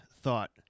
thought